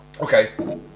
okay